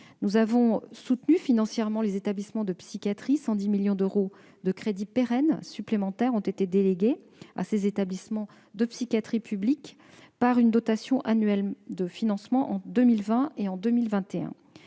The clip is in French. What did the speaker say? Nous avons soutenu financièrement les établissements de psychiatrie : 110 millions d'euros de crédits pérennes supplémentaires ont été octroyés aux établissements de psychiatrie publique par une dotation annuelle de financement en 2020 et en 2021.